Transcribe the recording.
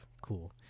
cool